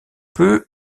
peu